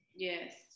Yes